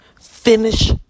Finish